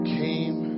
came